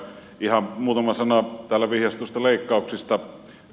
ihan muutama sana täällä vihjatuista leikkauksista